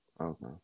okay